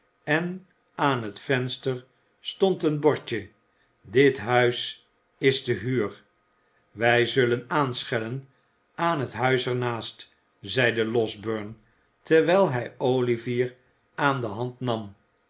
en aan het venster stond een bordje dit huis is te huur wij zullen aanschellen aan het huis er naast zeide losberne terwijl hij olivier aan de hand nam